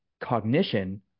cognition